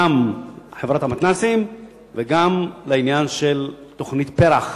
גם לחברת המתנ"סים וגם לעניין תוכנית פר"ח,